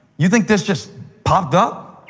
you think this just popped up?